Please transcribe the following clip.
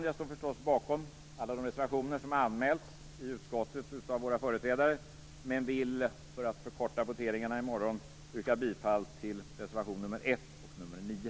Jag står förstås bakom alla de reservationer som har anmälts i utskottet av våra företrädare, men vill för att förkorta voteringarna i morgon yrka bifall till reservation nr 1 och nr 9.